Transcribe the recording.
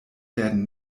werden